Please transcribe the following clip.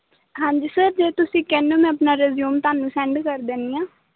ਹਾਂਜੀ ਸਰ ਜੇ ਤੁਸੀਂ ਕਹਿੰਦੇ ਹੋ ਮੈਂ ਆਪਣਾ ਰਜੀਊਮ ਤੁਹਾਨੂੰ ਸੈਂਡ ਕਰ ਦਿੰਦੀ ਹਾਂ